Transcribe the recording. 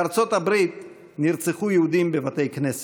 בארצות הברית נרצחו יהודים בבתי כנסת,